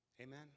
Amen